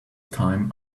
time